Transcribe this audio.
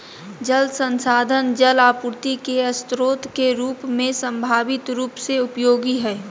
जल संसाधन जल आपूर्ति के स्रोत के रूप में संभावित रूप से उपयोगी हइ